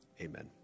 Amen